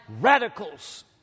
radicals